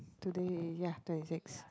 today ya twenty six